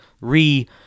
re-